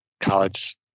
college